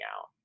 out